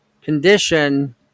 condition